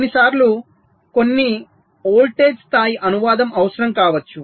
కొన్నిసార్లు కొన్ని వోల్టేజ్ స్థాయి అనువాదం అవసరం కావచ్చు